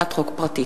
הצעת חוק פרטית.